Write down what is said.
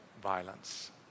violence